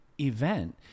Event